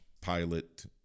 pilot